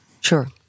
Sure